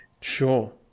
Sure